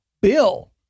Bill